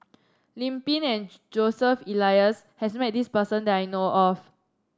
Lim Pin and Joseph Elias has met this person that I know of